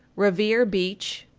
revere beach,